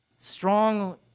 Strong